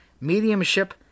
mediumship